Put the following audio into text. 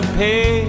pay